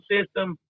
system